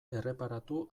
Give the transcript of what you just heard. erreparatu